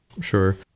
Sure